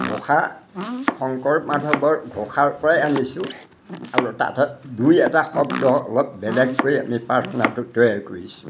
ঘোষা শংকৰ মাধৱৰ ঘোষাৰ পৰাই আনিছোঁ আৰু তাত দুই এটা শব্দ অলপ বেলেগকৈ আমি প্ৰাৰ্থনাটো তৈয়াৰ কৰিছোঁ